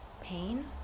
pain